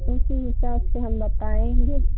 उसी हिसाब से हम बताएँगे